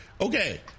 Okay